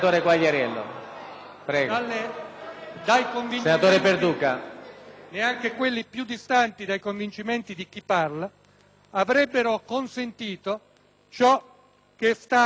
tema del fine vita, neanche quelli più distanti dai convincimenti di chi parla, avrebbe consentito ciò che sta accadendo a Udine.